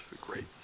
great